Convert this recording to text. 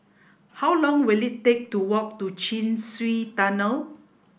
how long will it take to walk to Chin Swee Tunnel